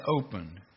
opened